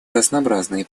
разнообразные